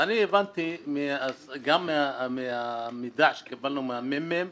ואני הבנתי גם מהמידע שקיבלנו מהממ"מ